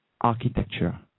architecture